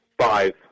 five